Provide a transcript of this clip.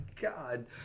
god